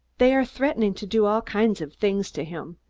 they are threatening to do all kinds of things to him,